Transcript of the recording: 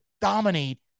dominate